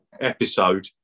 episode